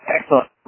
Excellent